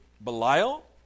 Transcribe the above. Belial